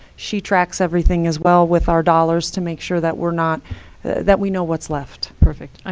she tracks everything as well with our dollars, to make sure that we're not that we know what's left. perfect,